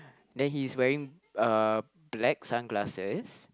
then he's wearing uh black sunglasses